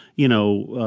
you know,